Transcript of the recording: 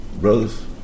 brothers